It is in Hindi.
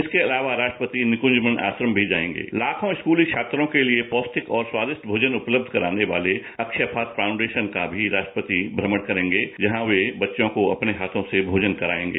इसर्क अलावा राष्ट्रपति निकंज वन आश्रम भी जाएगे लाखों स्कूली छात्रों के लिए पौष्टिक और स्वादिष्ट भोजन उपलब्ध कराने वाले अक्षयपात्र फाउंडेशन का भी राष्ट्रपति भ्रमण करेंगे जहां वे बच्चों को अपने हाथों से भोजन कराएंगे